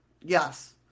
Yes